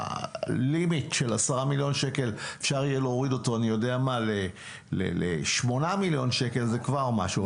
אם אפשר יהיה להוריד את זה מעשרה מיליון לשמונה מיליון שקל זה כבר משהו.